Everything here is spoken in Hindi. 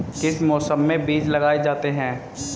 किस मौसम में बीज लगाए जाते हैं?